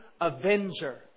Avenger